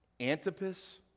antipas